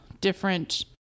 different